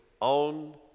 On